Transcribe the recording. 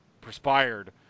perspired